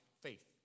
faith